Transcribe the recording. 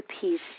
peace